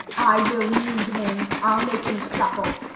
i will knead him, i'll make him supple.